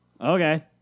Okay